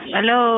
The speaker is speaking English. Hello